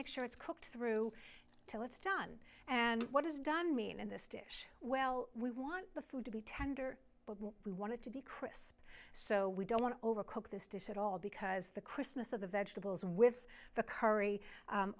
make sure it's cooked through till it's done and what is done mean in this dish well we want the food to be tender but we wanted to be crisp so we don't want to overcook this decide all because the christmas of the vegetables with the curry